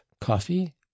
coffee